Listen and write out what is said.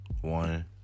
one